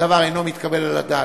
הדבר אינו מתקבל על הדעת.